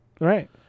Right